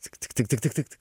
tik tik tik tik tik tik tik